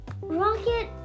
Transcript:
rocket